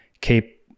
keep